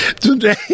Today